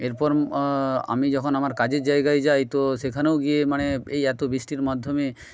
এরপর আমি যখন আমার কাজের জায়গায় যাই তো সেখানেও গিয়ে মানে এই এত বৃষ্টির মাধ্যমে